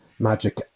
Magic